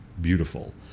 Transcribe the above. beautiful